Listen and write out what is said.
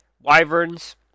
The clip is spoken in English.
Wyverns